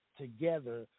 together